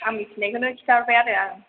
आं मिथिनायखौनो खिथा हरबाय आरो आं